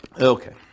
Okay